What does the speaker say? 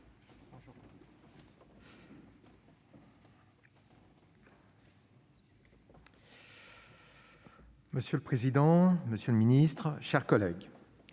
Monsieur le président, monsieur le ministre, mes chers collègues,